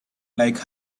like